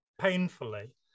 painfully